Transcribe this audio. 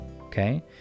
okay